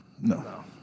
No